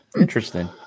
Interesting